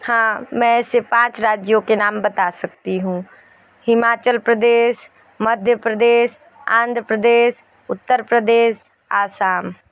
हाँ मैं ऐसे पाँच राज्यों के नाम बता सकती हूँ हिमाचल प्रदेश मध्य प्रदेश आंध्र प्रदेश उत्तर प्रदेश असम